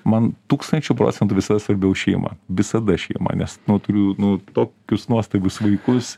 man tūkstančiu procentų visada svarbiau šeima visada šeima nes nu turiu nu tokius nuostabius vaikus